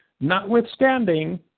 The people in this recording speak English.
notwithstanding